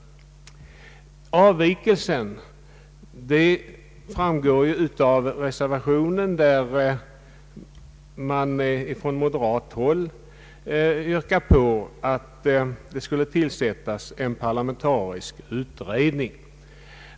Avvikelsen framgår av reservationen, där moderata samlingspartiet yrkar att det skall tillsättas en parlamentarisk utredning.